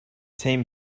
team